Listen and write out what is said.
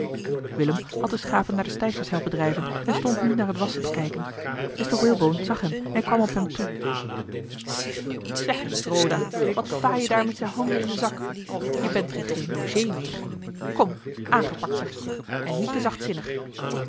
had de schapen naar de steigers helpen drijven en stond nu naar het wasschen te kijken mr walebone zag hem en kwam op hem toe zeg eens roda wat sta je daar met je handen in den zak je bent hier geen logé meer kom aangepakt zeg ik je en niet te